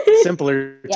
simpler